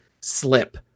Slip